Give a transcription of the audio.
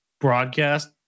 broadcast